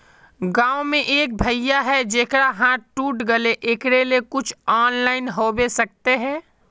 गाँव में एक भैया है जेकरा हाथ टूट गले एकरा ले कुछ ऑनलाइन होबे सकते है?